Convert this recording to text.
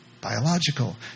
Biological